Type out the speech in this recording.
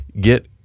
get